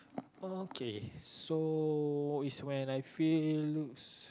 okay so is when I feel